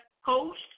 host